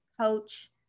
coach